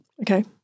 Okay